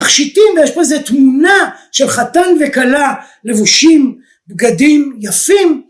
‫תכשיטים, ויש פה איזו תמונה ‫של חתן וכלה לבושים בגדים יפים.